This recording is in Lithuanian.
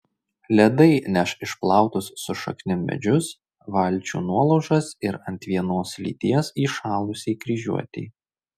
ledai neš išplautus su šaknim medžius valčių nuolaužas ir ant vienos lyties įšalusį kryžiuotį